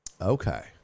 Okay